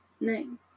Name